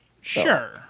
Sure